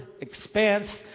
expanse